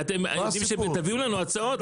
תביאו לנו הצעות,